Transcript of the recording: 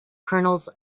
kernels